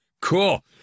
Cool